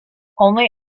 only